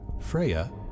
Freya